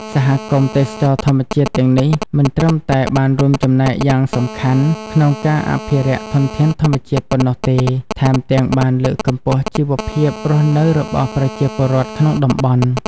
សហគមន៍ទេសចរណ៍ធម្មជាតិទាំងនេះមិនត្រឹមតែបានរួមចំណែកយ៉ាងសំខាន់ក្នុងការអភិរក្សធនធានធម្មជាតិប៉ុណ្ណោះទេ ថែមទាំងបានលើកកម្ពស់ជីវភាពរស់នៅរបស់ប្រជាពលរដ្ឋក្នុងតំបន់។